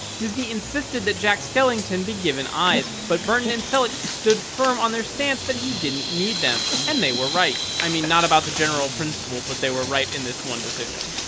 disney insisted that jack skellington be given eyes. but burton and selick stood firm on their stance that he didn't need them, and they were right. i mean, not about the general principle but they were right in this one decision.